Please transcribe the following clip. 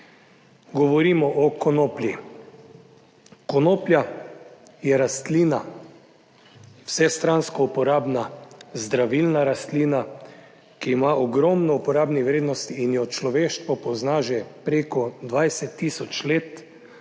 Govorimo o konoplji. Konoplja je rastlina, vsestransko uporabna, zdravilna rastlina, ki ima ogromno uporabnih vrednosti in jo človeštvo pozna že preko 20 tisoč let in